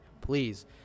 Please